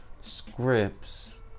Scripts